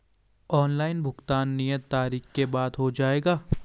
Online भुगतान नियत तारीख के बाद हो जाएगा?